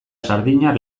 sardina